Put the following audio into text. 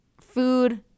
food